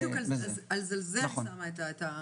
בדיוק על זה אני שמה את האצבע.